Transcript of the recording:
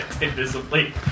Invisibly